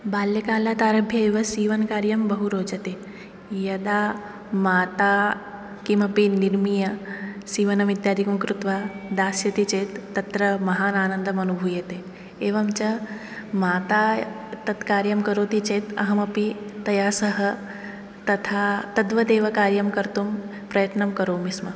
बाल्यकालात् आरभ्य एव सीवनकार्यं बहु रोचते यदा माता किमपि निर्मीय सीवनम् इत्यादिकं कृत्वा दास्यति चेत् तत्र महान् आनन्दम् अनुभूयते एवञ्च माता तत्कार्यं करोति चेत् अहमपि तया सह तथा तद्वत् एव कार्यं कर्तुं प्रयत्नं करोमि स्म